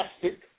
plastic